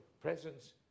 presence